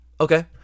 Okay